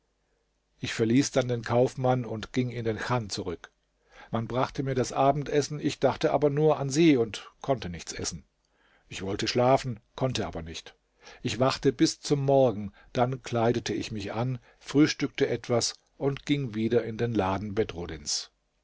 ich verließ dann den kaufmann und ging in den chan zurück man brachte mir das abendessen ich dachte aber nur an sie und konnte nichts essen ich wollte schlafen konnte aber nicht ich wachte bis zum morgen dann kleidete ich mich an frühstückte etwas und ging wieder in den laden